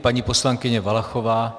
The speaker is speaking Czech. Paní poslankyně Valachová.